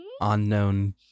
unknown